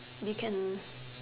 we can